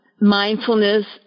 mindfulness